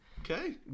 Okay